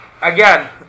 Again